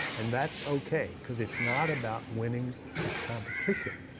and that's okay, because it's not about winning the competition,